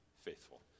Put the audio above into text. faithful